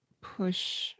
push